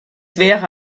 wäre